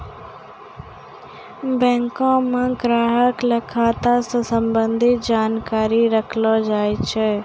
बैंको म ग्राहक ल खाता स संबंधित जानकारी रखलो जाय छै